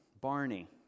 Barney